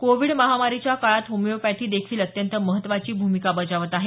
Covid महामारीच्या काळात homeopathy देखील अत्यंत महत्वाची भूमिका बजावत आहे